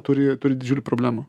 turi turi didžiulių problemų